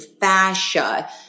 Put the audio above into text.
fascia